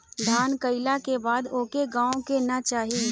दान कइला के बाद ओके गावे के ना चाही